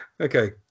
Okay